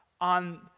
on